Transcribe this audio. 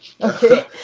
okay